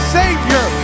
savior